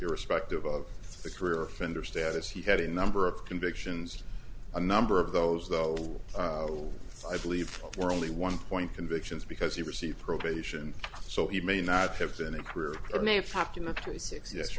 irrespective of the career fender status he had a number of convictions a number of those though i believe were only one point convictions because he received probation so he may not